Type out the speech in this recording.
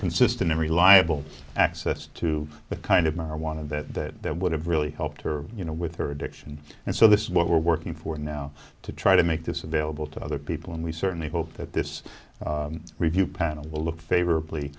consistent and reliable access to the kind of marijuana that would have really helped her you know with her addiction and so this is what we're working for now to try to make this available to other people and we certainly hope that this review panel will look favorably